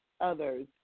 others